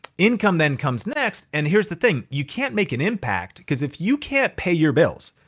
income then comes next. and here's the thing, you can't make an impact cause if you can't pay your bills,